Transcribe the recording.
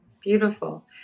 Beautiful